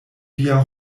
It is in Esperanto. via